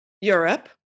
Europe